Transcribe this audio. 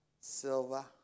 silver